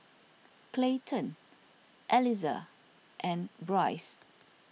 Clayton Eliza and Bryce